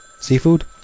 Seafood